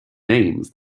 names